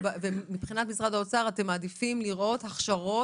ומבחינת משרד האוצר אתם מעדיפים לראות הכשרות